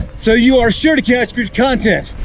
so you are sure to catch good content.